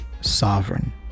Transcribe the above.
sovereign